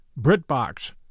BritBox